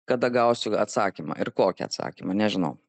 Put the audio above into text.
kada gausiu atsakymą ir kokį atsakymą nežinau